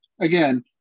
Again